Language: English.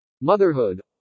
Motherhood